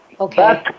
Okay